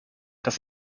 das